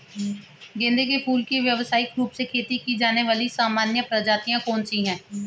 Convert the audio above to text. गेंदे के फूल की व्यवसायिक रूप से खेती की जाने वाली सामान्य प्रजातियां कौन सी है?